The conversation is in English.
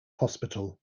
hospital